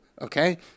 Okay